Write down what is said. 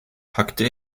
packte